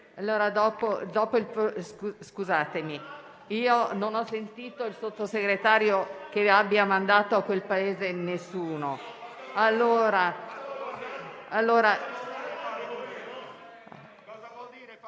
Scusatemi, io non ho sentito il Sottosegretario che abbia mandato a quel paese nessuno.